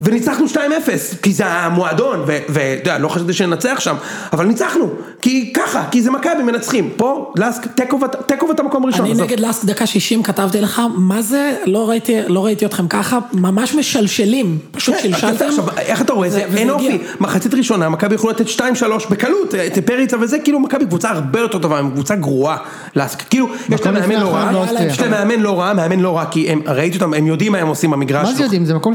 וניצחנו 2-0, כי זה המועדון, ואתה יודע, לא חשבתי שננצח שם, אבל ניצחנו, כי ככה, כי זה מכבי, מנצחים. פה, לאסק, תקו ואתה מקום ראשון. אני נגיד לאסק דקה שישים כתבתי לך, מה זה, לא ראיתי אותכם ככה, ממש משלשלים, פשוט שלשלתם. איך אתה רואה את זה, אין אופי, מחצית ראשונה, מכבי יכולה לתת 2-3 בקלות, פריצה וזה, מכבי קבוצה הרבה יותר טובה. הם קבוצה גרועה, לאסק. כאילו, יש להם מאמן לא רע, מאמן לא רע, כי הם, ראיתי אותם, הם יודעים מה הם עושים במגרש... מה זה יודעים? זה מקום